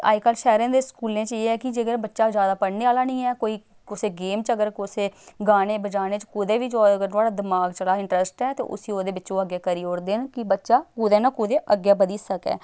अज्जकल शैह्रें दे स्कूलें च एह् ऐ कि जेकर बच्चा जादा पढ़ने आह्ला निं ऐ कोई कुसै गेम च अगर कुसै गाने बजाने च कुदै बी नुहाड़ा दमाग च इंटरस्ट ऐ ते उसी ओह्दे बिच्च ओह् अग्गें करी ओड़दे न कि बच्चा कुदै ना कुदै अग्गें बधी सकै